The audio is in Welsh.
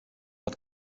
oedd